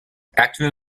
active